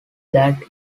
that